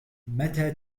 متى